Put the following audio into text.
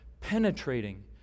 penetrating